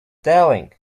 darling